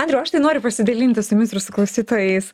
andriau aš tai noriu pasidalinti su jumis ir su klausytojais